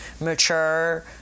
mature